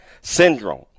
syndrome